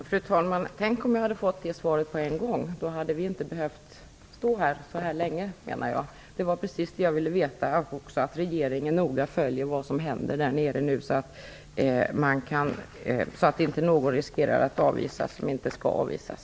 Fru talman! Tänk om jag hade fått det svaret på en gång! Då hade vi inte behövt stå här så länge. Det var precis det jag ville veta, dvs. att regeringen noga följer vad som händer där nere, så att inte någon riskerar att avvisas som inte skall avvisas.